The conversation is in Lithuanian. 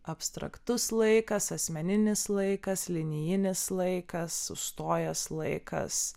abstraktus laikas asmeninis laikas linijinis laikas sustojęs laikas